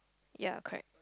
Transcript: ya correct